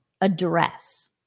address